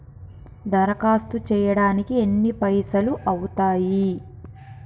దరఖాస్తు చేయడానికి ఎన్ని పైసలు అవుతయీ?